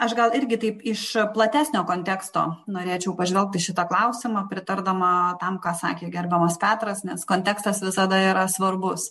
aš gal irgi taip iš platesnio konteksto norėčiau pažvelgt į šitą klausimą pritardama tam ką sakė gerbiamas petras nes kontekstas visada yra svarbus